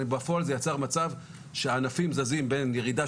אבל בפועל זה יצר מצב שהענפים זזים בין ירידה